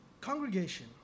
congregation